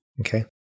Okay